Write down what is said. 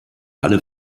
alle